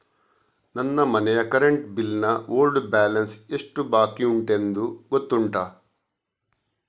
ನನ್ನ ಮನೆಯ current bill ನ ಓಲ್ಡ್ ಬ್ಯಾಲೆನ್ಸ್ ಎಷ್ಟು ಬಾಕಿಯುಂಟೆಂದು ಗೊತ್ತುಂಟ?